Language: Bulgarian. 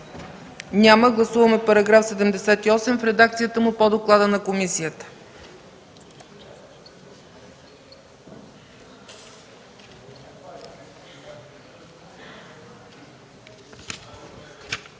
Няма. Гласуваме § 78 в редакцията му по доклада на комисията.